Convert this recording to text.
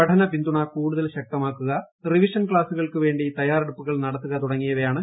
പഠനപിന്തുണ കൂടുതൽ ശക്തമാക്കുക റിവിഷൻ ക്ലാസ്സുകൾക്ക് വേണ്ടി തയ്യാറെടുപ്പുകൾ നടത്തുക തുടങ്ങിയവയാണ് ചുമതലകൾ